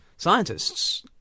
scientists